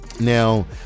now